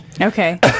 Okay